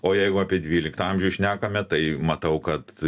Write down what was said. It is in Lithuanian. o jeigu apie dvyliktą amžių šnekame tai matau kad